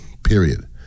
Period